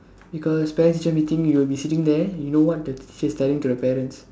because parents teacher meeting you'll be sitting there you know what the teacher is telling to your parents